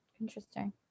interesting